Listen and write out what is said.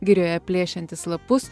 girioje plėšiantis lapus